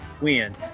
win